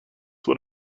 what